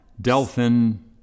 Delphin